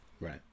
Right